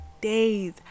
days